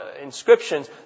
inscriptions